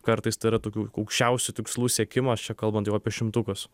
kartais tai yra tokių aukščiausių tikslų siekimas čia kalbant jau apie šimtukus